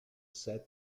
set